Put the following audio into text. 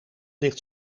ligt